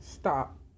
stop